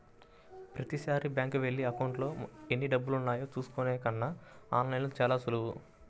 ప్రతీసారీ బ్యేంకుకెళ్ళి అకౌంట్లో ఎన్నిడబ్బులున్నాయో చూసుకునే కన్నా ఆన్ లైన్లో చానా సులువు